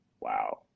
wow